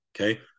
okay